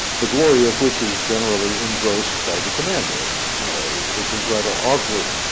the glory of which is generally engrossed by the commander nay, which is rather awkward,